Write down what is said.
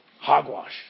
Hogwash